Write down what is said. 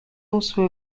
also